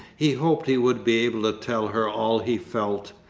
he hoped he would be able to tell her all he felt,